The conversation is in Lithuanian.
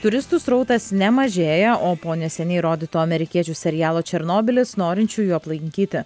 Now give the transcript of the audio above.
turistų srautas nemažėja o po neseniai rodyto amerikiečių serialo černobylis norinčiųjų aplankyti